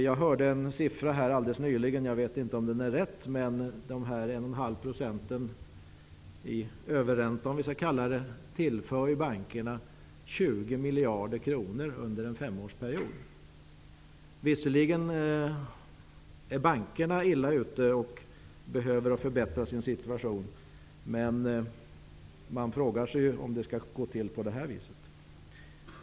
Jag hörde nyligen en siffra -- jag vet inte om den är riktig. Det sades nämligen att de ungefär 1,5 % som tas ut i överränta tillför bankerna 20 miljarder kronor under en femårsperiod. Visserligen är bankerna illa ute och behöver förbättra sin situation, men man frågar sig om det skall gå till på det viset.